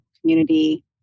community